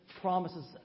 promises